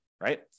right